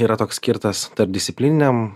yra toks skirtas tarpdisciplininiam